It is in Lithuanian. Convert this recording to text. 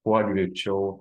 kuo greičiau